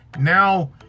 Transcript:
now